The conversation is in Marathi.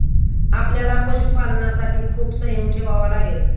आपल्याला पशुपालनासाठी खूप संयम ठेवावा लागेल